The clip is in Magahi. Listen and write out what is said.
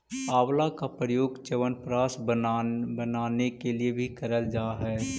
आंवला का प्रयोग च्यवनप्राश बनाने के लिए भी करल जा हई